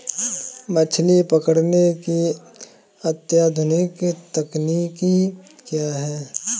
मछली पकड़ने की अत्याधुनिक तकनीकी क्या है?